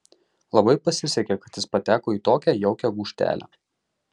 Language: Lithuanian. labai pasisekė kad jis pateko į tokią jaukią gūžtelę